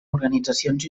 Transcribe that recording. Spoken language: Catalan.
organitzacions